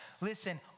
Listen